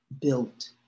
built